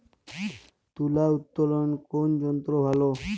তুলা উত্তোলনে কোন যন্ত্র ভালো?